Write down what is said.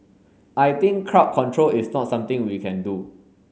I think crowd control is not something we can do